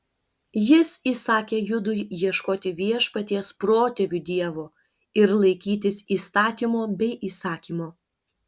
jis įsakė judui ieškoti viešpaties protėvių dievo ir laikytis įstatymo bei įsakymo